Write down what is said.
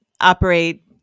Operate